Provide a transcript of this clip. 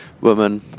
woman